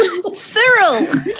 Cyril